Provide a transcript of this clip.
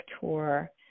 tour